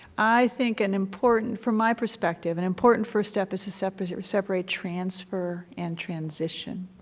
i think an important, from my perspective, an important first step is to separate separate transfer and transition.